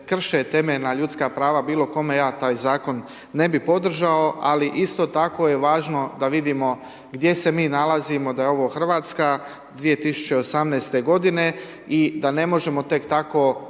krše temeljna ljudska prava, ja taj Zakon ne bih podržao, ali isto tako je važno da vidimo gdje se mi nalazimo, da je ovo RH 2018.-te godine i da ne možemo tek tako